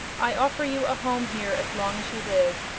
i offer you a home here as long as you live.